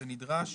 זה נדרש.